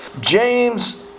James